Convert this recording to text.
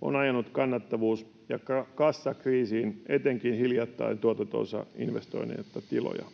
on ajanut kannattavuus- ja kassakriisiin etenkin hiljattain tuotantoonsa investoineita tiloja.